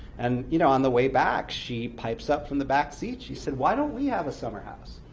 and you know on the way back, she pipes up from the back seat. she said, why don't we have a summer house?